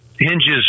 hinges